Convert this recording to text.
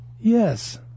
Yes